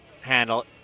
handle